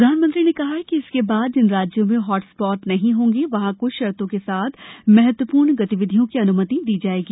प्रधानमंत्री ने कहा कि इसके बाद जिन राज्यों में हॉट स्पॉट नहीं होंगे वहां क्छ शर्तो के साथ महत्वपूर्ण गतिविधियों की अनुमति दी जायेगी